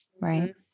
right